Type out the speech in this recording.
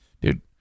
dude